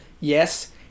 Yes